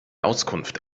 auskunft